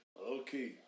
Okay